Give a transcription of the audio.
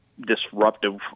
disruptive